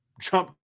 jump